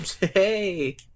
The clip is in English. Hey